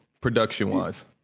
production-wise